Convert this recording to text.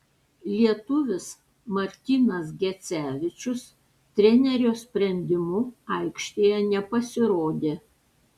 lietuvis martynas gecevičius trenerio sprendimu aikštėje nepasirodė